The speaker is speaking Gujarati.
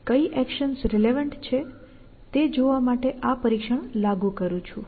કઈ એક્શન્સ રિલેવન્ટ છે તે જોવા માટે આ પરીક્ષણ લાગુ કરું છું